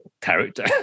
character